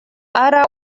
ара